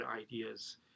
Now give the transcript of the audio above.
ideas